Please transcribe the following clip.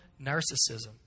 narcissism